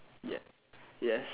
yeah yes